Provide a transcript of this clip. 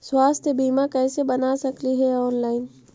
स्वास्थ्य बीमा कैसे बना सकली हे ऑनलाइन?